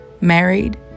married